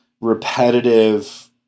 repetitive